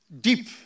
deep